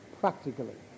practically